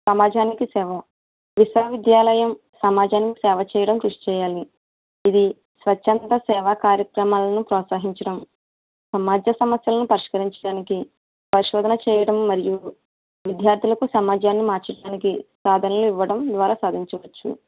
సమాజానికి సేవ విశ్వవిద్యాలయం సమాజానికి సేవ చేయడానికి కృషి చెయ్యాలి ఇది స్వచ్చంద సేవా కార్యక్రమాలను ప్రోత్సహించడం సమాజ సమస్యలను పరిష్కరించడానికి పరిశోధన చేయడం మరియు విద్యార్థులకు సమాజాన్ని మార్చడానికి సాధనలు ఇవ్వడం ద్వారా సాధించవచ్చు